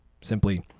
simply